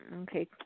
Okay